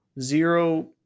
zero